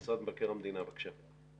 נציגת משרד מבקר המדינה, בבקשה.